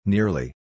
Nearly